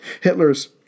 Hitler's